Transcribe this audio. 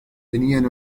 tenían